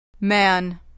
man